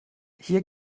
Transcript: hier